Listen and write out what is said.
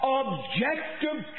objective